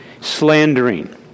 slandering